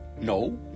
No